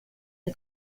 the